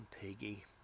Piggy